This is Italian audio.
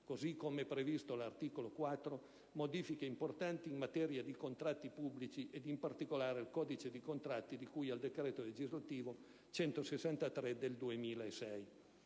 così come previsto all'articolo 4, modifiche importanti in materia di contratti pubblici e, in particolare, al codice dei contratti di cui al decreto legislativo n. 163 del 2006.